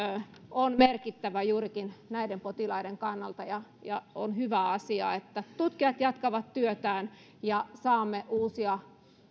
on merkittävä juurikin näiden potilaiden kannalta on hyvä asia että tutkijat jatkavat työtään ja saamme uusia